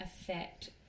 affect